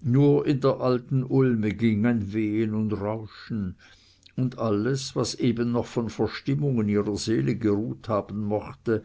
nur in der alten ulme ging ein wehen und rauschen und alles was eben noch von verstimmung in ihrer seele geruht haben mochte